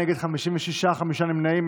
56, חמישה נמנעים.